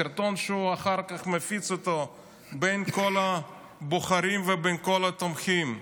סרטון שהוא אחר כך הוא מפיץ בין כל הבוחרים ובין כל התומכים.